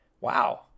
Wow